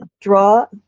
draw